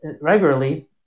regularly